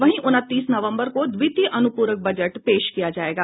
वहीं उनतीस नवंबर को द्वितीय अनुपूरक बजट पेश किया जाएगा